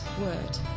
word